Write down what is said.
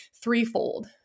threefold